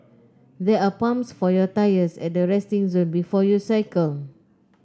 there are pumps for your tyres at the resting zone before you cycle